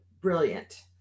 brilliant